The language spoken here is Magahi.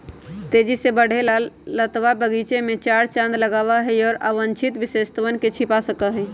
तेजी से बढ़े वाला लतवा गीचे में चार चांद लगावा हई, और अवांछित विशेषतवन के छिपा सका हई